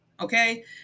Okay